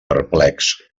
perplex